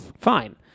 Fine